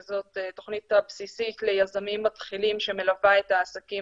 שזו התוכנית הבסיסית ליזמים מתחילים שמלווה את העסקים